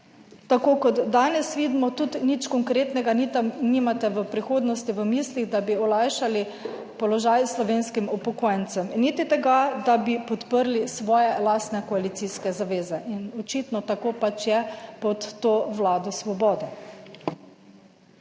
tako kot danes vidimo, tudi nič konkretnega ni, nimate v prihodnosti v mislih, da bi olajšali položaj slovenskim upokojencem in niti tega, da bi podprli svoje lastne koalicijske zaveze in očitno tako pač je pod to Vlado svobode.